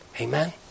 Amen